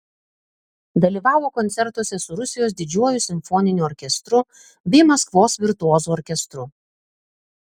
dalyvavo koncertuose su rusijos didžiuoju simfoniniu orkestru bei maskvos virtuozų orkestru